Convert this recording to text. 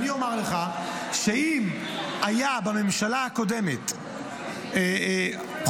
אני אומר לך שאם הייתה בממשלה הקודמת חובה